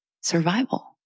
survival